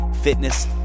fitness